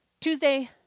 Tuesday